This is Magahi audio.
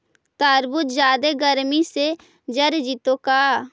तारबुज जादे गर्मी से जर जितै का?